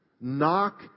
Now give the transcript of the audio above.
Knock